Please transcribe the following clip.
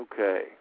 Okay